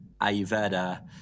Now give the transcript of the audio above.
Ayurveda